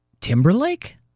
Timberlake